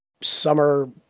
summer